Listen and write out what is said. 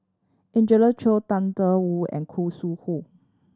Angelina Choy Tang Da Wu and Khoo Sui Hoe